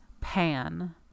Pan